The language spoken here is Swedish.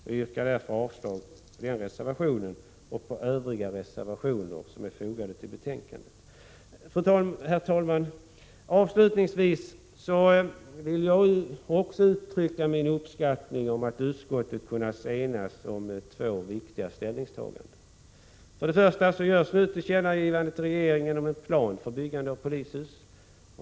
Jag yrkar därför avslag på den reservationen och på övriga reservationer som är fogade till betänkandet. Herr talman! Avslutningsvis vill jag också uttrycka min uppskattning över att utskottet kunnat enas om två viktiga ställningstaganden. Det ena är att man gör ett tillkännagivande till regeringen om en plan för byggande av polishus.